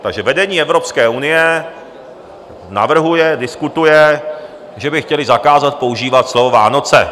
Takže vedení Evropské unie navrhuje, diskutuje, že by chtěli zakázat používat slovo Vánoce.